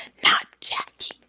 not jackie.